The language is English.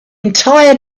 entire